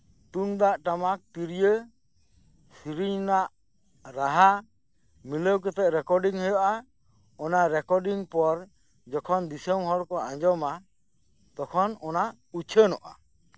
ᱛᱩᱢᱫᱟᱜ ᱴᱟᱢᱟᱠ ᱛᱤᱨᱭᱟᱹ ᱥᱤᱨᱤᱧ ᱨᱮᱱᱟᱜ ᱨᱟᱦᱟ ᱢᱤᱞᱟᱹᱣ ᱠᱟᱛᱮ ᱨᱮᱠᱚᱨᱰᱤᱝ ᱦᱩᱭᱩᱜᱼᱟ ᱚᱱᱟ ᱨᱮᱠᱚᱨᱰᱤᱝ ᱯᱚᱨ ᱡᱚᱠᱷᱚᱱ ᱫᱤᱥᱚᱢ ᱦᱚᱲ ᱠᱚ ᱟᱸᱡᱚᱢᱟ ᱛᱚᱠᱷᱚᱱ ᱚᱱᱟ ᱩᱪᱷᱟᱹᱱᱚᱜᱼᱟ